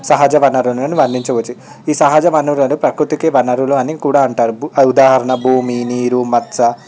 సహజ వనరులను వర్ణించవచ్చు ఈ సహజ వనరులను ప్రకృతికి వనరులు అని కూడా అంటారు ఉదాహరణ భూమి నీరు మచ్చ